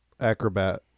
acrobat